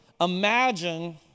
imagine